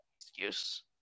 excuse